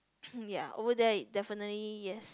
ya over there it definitely yes